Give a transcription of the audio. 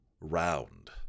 round